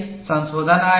इस पर कई संशोधन आए हैं